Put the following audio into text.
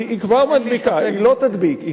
אין לי ספק בזה.